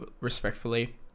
respectfully